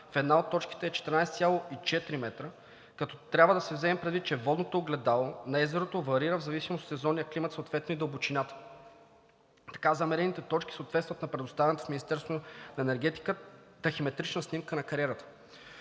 в една от точките е 14,4 м, като трябва да се вземе предвид, че водното огледало на езерото варира в зависимост от сезонния климат, съответно и дълбочината. Така замерените точки съответстват на предоставената в Министерството на енергетиката тахиметрична снимка на кариерата.